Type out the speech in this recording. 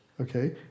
okay